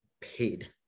paid